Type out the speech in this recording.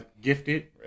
Gifted